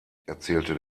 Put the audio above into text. erzählte